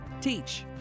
teach